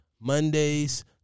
Mondays